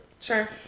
sure